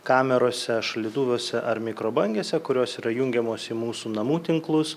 kamerose šaldytuvuose ar mikrobangėse kurios yra jungiamos į mūsų namų tinklus